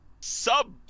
sub